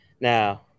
Now